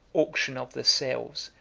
auction of the sails,